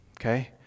okay